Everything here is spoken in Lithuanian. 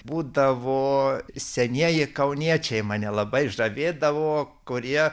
būdavo senieji kauniečiai mane labai žavėdavo kurie